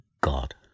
God